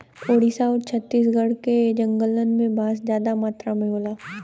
ओडिसा आउर छत्तीसगढ़ के जंगलन में बांस जादा मात्रा में होला